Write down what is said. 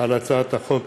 על הצעת חוק